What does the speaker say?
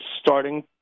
starting